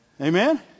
Amen